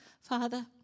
Father